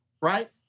right